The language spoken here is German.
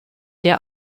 der